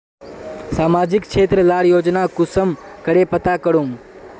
सामाजिक क्षेत्र लार योजना कुंसम करे पता करूम?